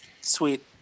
Sweet